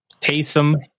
Taysom